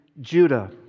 Judah